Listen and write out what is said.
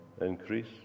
increase